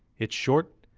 it's short,